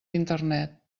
internet